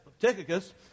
Tychicus